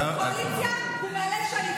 קואליציה, הוא מהלל שהידים.